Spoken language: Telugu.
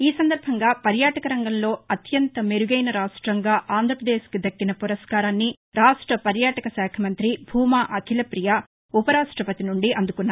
ఈ సందర్భంగా పర్యాటకరంగంలో అత్యంత మెరుగైన రాష్టంగా ఆంధ్రప్రదేశ్కు దక్కిన పురస్కారాన్ని రాష్ట్ర పర్యాటక శాఖ మంత్రి భూమా అఖిల పియ ఉపరాష్ట్రపతి నుండి అందుకున్నారు